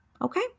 okay